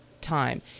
time